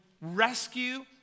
rescue